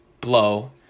blow